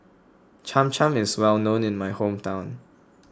Cham Cham is well known in my hometown